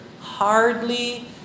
hardly